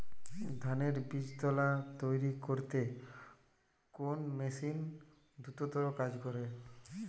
ধানের বীজতলা তৈরি করতে কোন মেশিন দ্রুততর কাজ করে?